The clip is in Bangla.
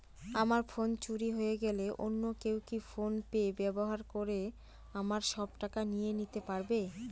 আমার ফোন চুরি হয়ে গেলে অন্য কেউ কি ফোন পে ব্যবহার করে আমার সব টাকা নিয়ে নিতে পারবে?